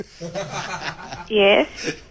Yes